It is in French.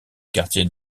quartier